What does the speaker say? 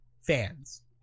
fans